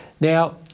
Now